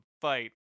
fight